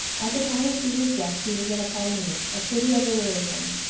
at the time of caesar's death he was at apollonia, a city of illyricum,